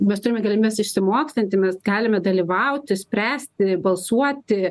mes turime galimes išsimokslinti mes galime dalyvauti spręsti balsuoti